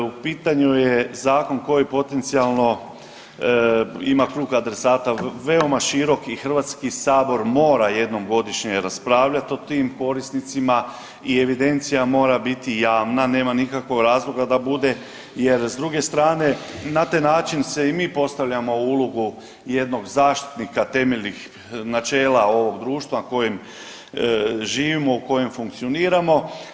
U pitanju je zakon koji potencijalno ima krug adresata veoma širok i HS mora jednom godišnje raspravljati o tim korisnicima i evidencija mora biti javna, nema nikakvog razloga da bude jer, s druge strane, na taj način se i mi postavljamo u ulogu jednog zaštitnika temeljnih načela ovog društva kojim živimo, u kojem funkcioniramo.